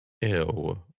Ew